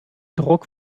druck